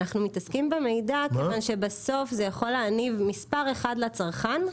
אנחנו מתעסקים במידע כיוון שבסוף זה יכול להניב מספר אחד לצרכן,